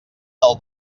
del